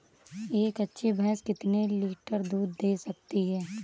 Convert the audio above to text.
एक अच्छी भैंस कितनी लीटर दूध दे सकती है?